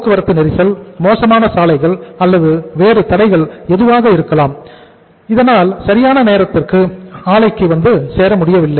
போக்குவரத்து நெரிசல் மோசமான சாலைகள் அல்லது வேறு தடைகள் எதுவாகவும் இருக்கலாம் இதனால் சரியான நேரத்திற்கு ஆலைக்கு வந்து சேர முடியவில்லை